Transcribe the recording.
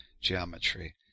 geometry